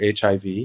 HIV